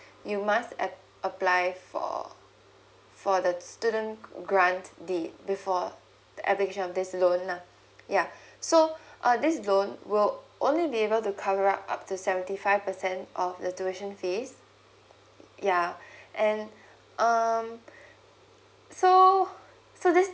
you must app~ apply for for the student grande before the application of this loan lah yeah so uh this loan will only be able to cover up upto seventy five percent of the tuition fees yeah and um so so this